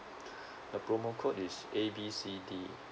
the promo code is A B C D